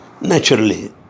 Naturally